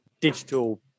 digital